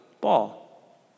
ball